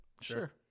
sure